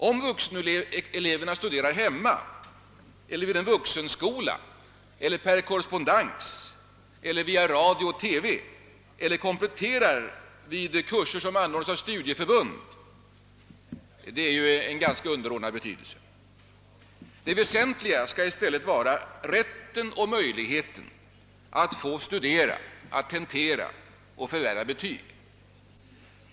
Om vuxeneleverna studerar hemma eler vid vuxenskola eller per korrespondens eller via radio och TV eller kompletterar vid kurser som anordnas av studieförbund har ganska underordnad betydelse. Det väsentliga skall i stället vara rätten och möjligheten att studera, tentera och förvärva betyg.